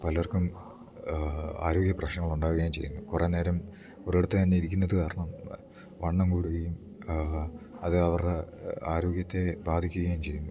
പലർക്കും ആരോഗ്യ പ്രശ്നം ഉണ്ടാകുകയും ചെയ്യുന്നു കുറെ നേരം ഒരിടത്തു തന്നെ ഇരിക്കുന്നത് കാരണം വണ്ണം കൂടുകയും അത് അവരുടെ ആരോഗ്യത്തെ ബാധിക്കുകയും ചെയ്യുന്നു